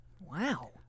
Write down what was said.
Wow